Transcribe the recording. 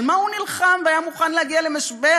על מה הוא נלחם והיה מוכן להגיע למשבר?